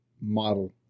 model